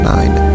Nine